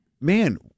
man